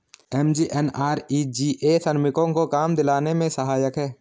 MGNREGA श्रमिकों को काम दिलाने में सहायक है